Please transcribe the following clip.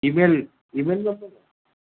email email જોઈશે ને